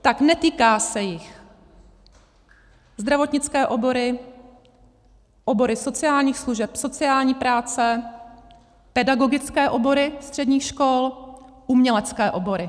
Tak netýká se jich: zdravotnické obory, obory sociálních služeb, sociální práce, pedagogické obory středních škol, umělecké obory.